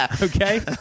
Okay